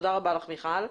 תודה רבה לך, מיכל.